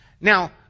now